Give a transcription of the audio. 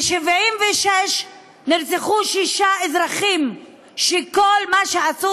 ב-1976 נרצחו שישה אזרחים שכל מה שהם עשו,